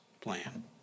plan